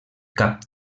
cap